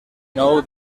nou